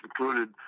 included